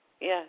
Yes